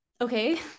okay